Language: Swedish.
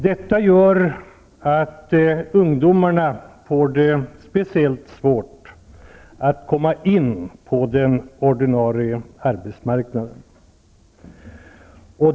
Detta gör att ungdomarna får det speciellt svårt att komma in på den ordinarie arbetsmarknaden.